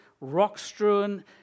rock-strewn